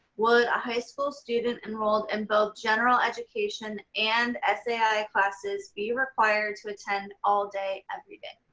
would a high school student enrolled in both general education and sai classes be required to attend all day every day?